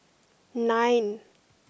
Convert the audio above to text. nine